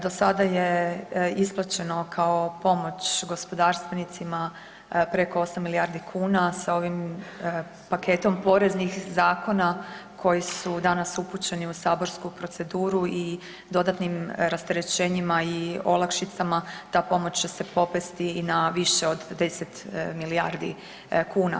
Do sada je isplaćeno kao pomoć gospodarstvenicima preko 8 milijardi kuna sa ovim paketom poreznih zakona koji su danas upućeni uz saborsku proceduru i dodatnim rasterećenjima i olakšicama ta pomoć će se popesti i na više od 10 milijardi kuna.